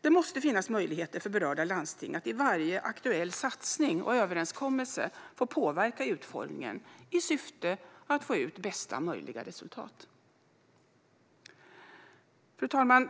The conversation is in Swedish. Det måste ju finnas möjligheter för berörda landsting att i varje aktuell satsning och överenskommelse få påverka utformningen i syfte att få ut bästa möjliga resultat. Fru talman!